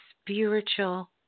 spiritual